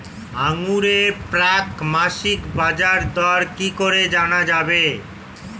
আঙ্গুরের প্রাক মাসিক বাজারদর কি করে জানা যাবে?